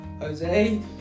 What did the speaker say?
Jose